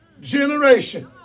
generation